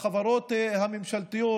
בחברות הממשלתיות,